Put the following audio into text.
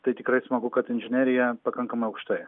tai tikrai smagu kad inžinerija pakankamai aukštai